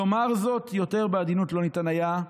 לומר זאת יותר בעדינות לא ניתן היה,